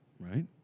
right